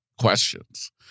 questions